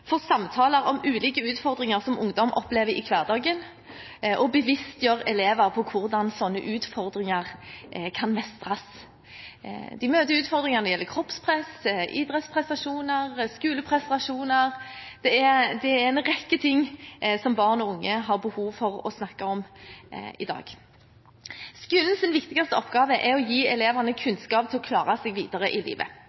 for samtaler om ulike utfordringer som ungdom opplever i hverdagen, og å bevisstgjøre elever på hvordan slike utfordringer kan mestres. De møter utfordringer når det gjelder kroppspress, idrettsprestasjoner, skoleprestasjoner – det er en rekke ting som barn og unge har behov for å snakke om i dag. Skolens viktigste oppgave er å gi elevene